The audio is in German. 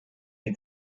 die